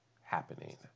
happening